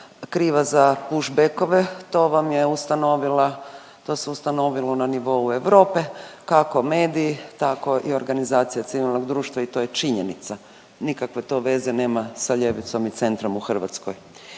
kriva za push backove. To vam je ustanovila, to se ustanovilo na nivou Europe kako mediji, tako i organizacija civilnog društva i to je činjenica. Nikakve to veze nema sa ljevicom i centrom u Hrvatskoj.